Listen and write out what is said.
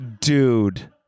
dude